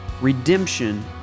redemption